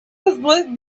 hızlı